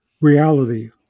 reality